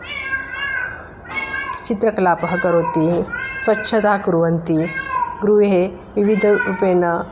चित्रकलापः करोति स्वच्छता कुर्वन्ति गृहे विविधरूपेण